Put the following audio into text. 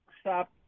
stop